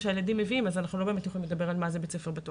שהילדים מביאים אז אנחנו לא יכולים באמת לדבר על מה זה בית ספר בטוח.